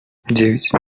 девять